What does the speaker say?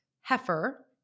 heifer